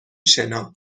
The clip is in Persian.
شنا